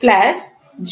00 0